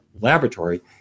laboratory